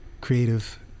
creative